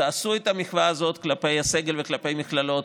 תעשו את המחווה הזאת כלפי הסגל וכלפי המכללות.